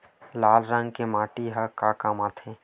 लाल रंग के माटी ह का काम आथे?